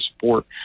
support